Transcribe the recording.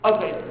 Okay